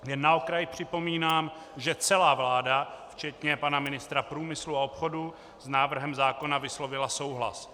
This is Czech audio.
Jen na okraj připomínám, že celá vláda včetně pana ministra průmyslu a obchodu s návrhem zákona vyslovila souhlas.